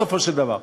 בסופו של דבר?